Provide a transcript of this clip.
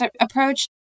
approach